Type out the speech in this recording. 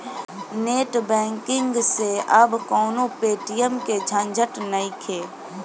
net banking से अब कवनो पेटीएम के झंझट नइखे